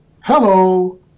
hello